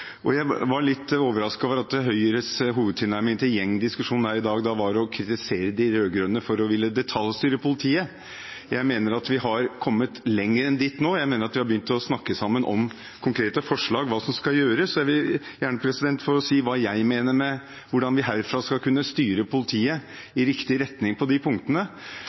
forslag. Jeg var litt overrasket over at Høyres hovedtilnærming til gjengdiskusjonen her i dag var å kritisere de rød-grønne for å ville detaljstyre politiet. Jeg mener at vi har kommet lenger enn det. Jeg mener vi har begynt å snakke sammen om konkrete forslag til hva som skal gjøres. Jeg vil gjerne få si hvordan jeg mener at vi herfra skal kunne styre politiet i riktig retning på de punktene.